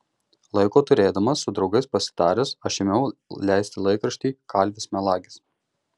laiko turėdamas su draugais pasitaręs aš ėmiau leisti laikraštį kalvis melagis